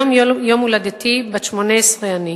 היום יום הולדתי, בת 18 אני.